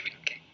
okay